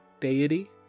deity